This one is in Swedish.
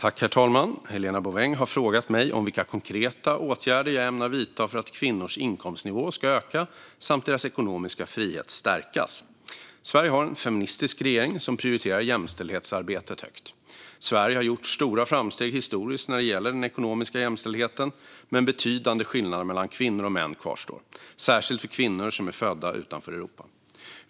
Herr talman! Helena Bouveng har frågat mig om vilka konkreta åtgärder jag ämnar vidta för att kvinnors inkomstnivå ska öka och deras ekonomiska frihet stärkas. Sverige har en feministisk regering som prioriterar jämställdhetsarbetet högt. Sverige har gjort stora framsteg historiskt när det gäller den ekonomiska jämställdheten, men betydande skillnader mellan kvinnor och män kvarstår, särskilt för kvinnor som är födda utanför Europa.